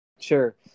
Sure